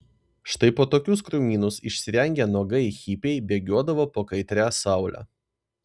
štai po tokius krūmynus išsirengę nuogai hipiai bėgiodavo po kaitria saule